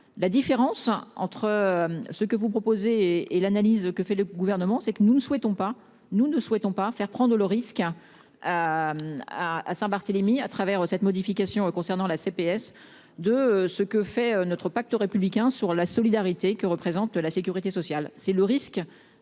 la différence entre ce que vous proposez est l'analyse que fait le gouvernement c'est que nous ne souhaitons pas nous ne souhaitons pas faire prendre le risque hein. À à Saint Barthélémy à travers cette modification concernant la CPS de ce que fait notre pacte républicain, sur la solidarité que représente la sécurité sociale, c'est le risque.